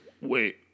wait